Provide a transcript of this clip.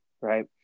right